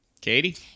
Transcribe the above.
Katie